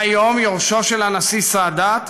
והיום, יורשו של הנשיא סאדאת,